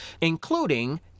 including